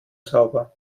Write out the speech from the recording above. sauber